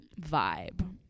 vibe